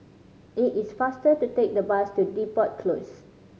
it is faster to take the bus to Depot Close